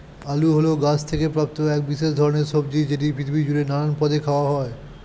আলু হল গাছ থেকে প্রাপ্ত এক বিশেষ ধরণের সবজি যেটি পৃথিবী জুড়ে নানান পদে খাওয়া হয়